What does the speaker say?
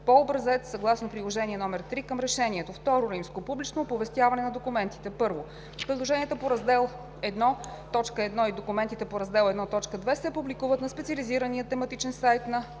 по образец съгласно Приложение № 3 към Решението. II. Публично оповестяване на документите 1. Предложенията по Раздел I, т. 1 и документите по Раздел I, т. 2 се публикуват на специализирания тематичен сайт на